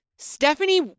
Stephanie